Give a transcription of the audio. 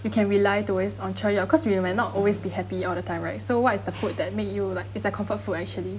you can rely to always on because we might not always be happy all the time right so what is the food that made you like it's like comfort food actually